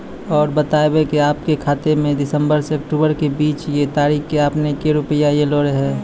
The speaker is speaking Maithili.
और बतायब के आपके खाते मे सितंबर से अक्टूबर के बीज ये तारीख के आपके के रुपिया येलो रहे?